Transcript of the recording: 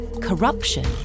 corruption